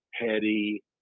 petty